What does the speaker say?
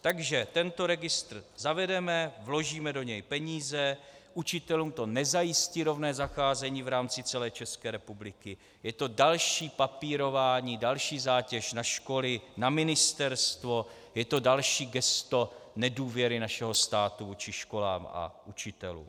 Takže tento registr zavedeme, vložíme do něj peníze, učitelům to nezajistí rovné zacházení v rámci celé ČR, je to další papírování, další zátěž na školy, na ministerstvo, je to další gesto nedůvěry našeho státu vůči školám a učitelům.